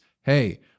Hey